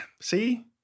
see